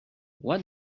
what